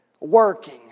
working